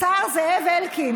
השר זאב אלקין.